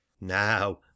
Now